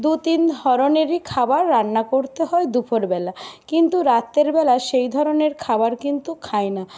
দু তিন ধরনেরই খাবার রান্না করতে হয় দুপুর বেলা কিন্তু রাতের বেলা সেই ধরনের খাবার কিন্তু খায় না